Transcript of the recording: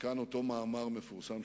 מכאן אותו מאמר מפורסם,